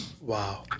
Wow